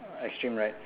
uh extreme right